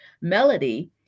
Melody